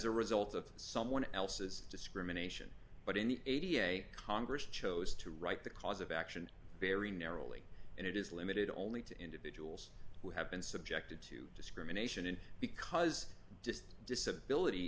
a result of someone else's discrimination but in the congress chose to write the cause of action very narrowly and it is limited only to individuals who have been subjected to discrimination and because just disability